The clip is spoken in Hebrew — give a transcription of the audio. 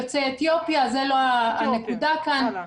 יוצאי אתיופיה, זו לא הנקודה כאן.